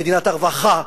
ובמדינת הרווחה,